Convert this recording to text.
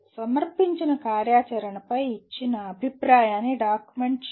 సమర్పించిన కార్యాచరణపై ఇచ్చిన అభిప్రాయాన్ని డాక్యుమెంట్ చేయండి